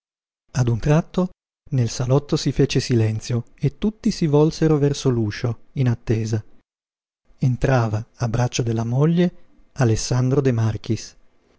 a un tratto nel salotto si fece silenzio e tutti si volsero verso l'uscio in attesa entrava a braccio della moglie alessandro de marchis